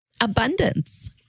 abundance